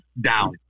down